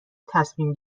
تصمیم